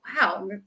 wow